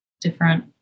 different